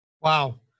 Wow